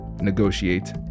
negotiate